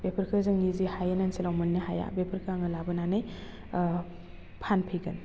बेफोरखौ जोंनि जे हायेन ओनसोलाव मोनो हाया बेफोरखौ आङो लाबोनानै फानफैगोन